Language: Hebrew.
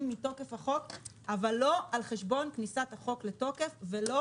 מתוקף החוק אבל לא על חשבון כניסת החוק לתוקף ולא